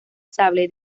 sable